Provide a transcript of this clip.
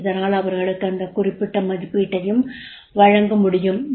இதனால் அவர்களுக்கு அந்த குறிப்பிட்ட மதிப்பீட்டையும் வழங்க முடியும்